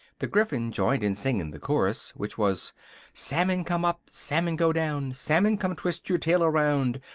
the gryphon joined in singing the chorus, which was salmon come up! salmon go down! salmon come twist your tail around!